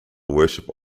worship